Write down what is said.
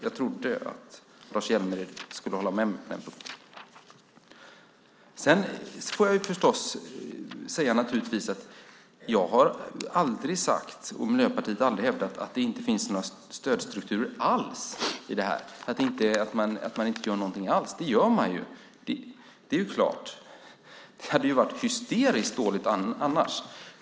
Jag trodde att Lars Hjälmered skulle hålla med mig på denna punkt. Jag har aldrig sagt, och Miljöpartiet har aldrig hävdat, att det inte finns några stödstrukturer alls i fråga om detta och att man inte gör någonting alls. Det gör man. Det är klart. Det hade varit hysteriskt dåligt annars.